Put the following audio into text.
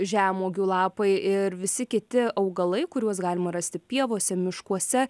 žemuogių lapai ir visi kiti augalai kuriuos galima rasti pievose miškuose